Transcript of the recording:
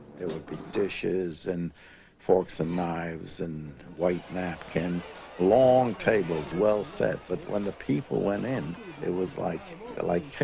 there would be dishes and forks and knives and white napkin long tables well set but when the people went in it was like like